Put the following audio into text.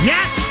Yes